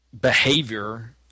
behavior